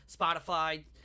Spotify